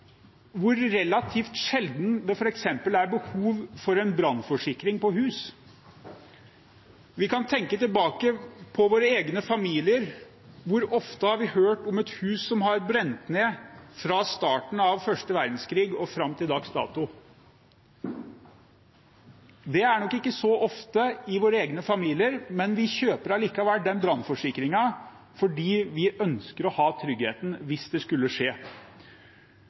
hvor relativt sjelden det f.eks. er behov for en brannforsikring på hus. Vi kan tenke tilbake på våre egne familier. Hvor ofte har vi hørt om et hus som har brent ned – fra starten av første verdenskrig og fram til dags dato? Det er nok ikke så ofte i våre egne familier, men vi kjøper allikevel den brannforsikringen fordi vi ønsker å ha tryggheten hvis det skulle skje.